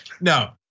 No